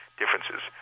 differences